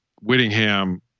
Whittingham